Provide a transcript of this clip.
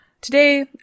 Today